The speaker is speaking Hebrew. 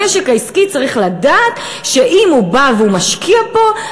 המשק העסקי צריך לדעת שאם הוא בא והוא משקיע פה,